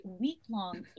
week-long